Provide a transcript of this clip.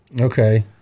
Okay